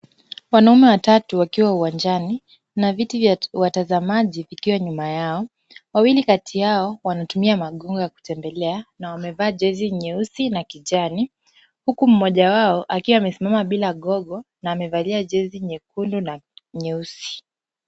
Wanaume watatu wakiwa uwanjani. Kuna viti vya watazamaji vikiwa nyuma yao. Wawili kati yao wanatumia magongo ya kutembelea na wamevaa jezi nyeusi na kijani, huku mmoja wao akiwa amesimama bila gogo na amevalia jezi nyekundu na nyeusi.